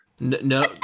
No